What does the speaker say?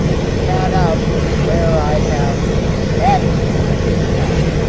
to pad out where i have added to the pattern.